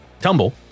tumble